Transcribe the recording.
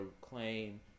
claim